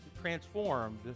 transformed